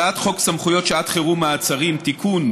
הצעת חוק סמכויות שעת חירום (מעצרים) (תיקון,